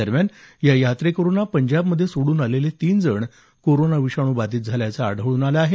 दरम्यान या यात्रेकरूंना पंजाब मध्ये सोडून आलेले तीन जण कोरोना विषाणू बाधित झाल्याचं आढळून आलं आहेत